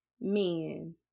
men